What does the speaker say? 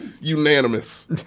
Unanimous